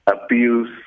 abuse